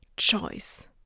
choice